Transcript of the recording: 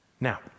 Now